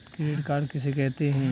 Credit card किसे कहते हैं?